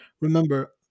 remember